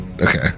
Okay